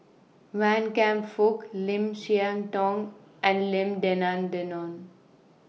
Wan Kam Fook Lim Siah Tong and Lim Denan Denon